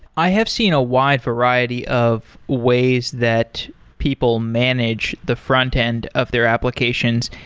i have seen a wide variety of ways that people manage the frontend of their applications.